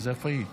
אז איפה היא?